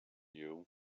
you